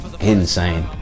insane